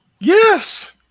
Yes